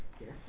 Yes